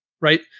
right